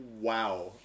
wow